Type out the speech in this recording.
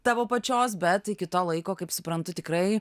tavo pačios bet iki to laiko kaip suprantu tikrai